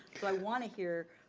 i want to hear.